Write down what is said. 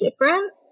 different